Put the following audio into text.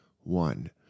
one